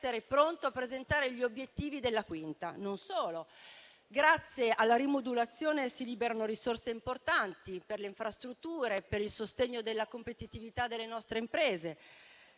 pronto a presentare gli obiettivi della quinta. Non solo: grazie alla rimodulazione si liberano risorse importanti per le infrastrutture, per il sostegno della competitività delle nostre imprese.